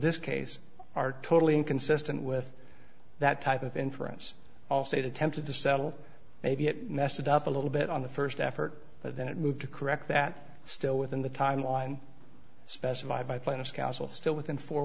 this case are totally inconsistent with that type of inference all state attempted to settle maybe it messed it up a little bit on the first effort but then it moved to correct that still within the timeline specified by plaintiff's counsel still within four